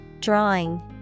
Drawing